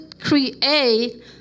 create